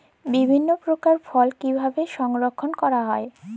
বিভিন্ন প্রকার ফল কিভাবে সংরক্ষণ করা হয়?